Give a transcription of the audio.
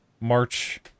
march